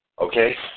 Okay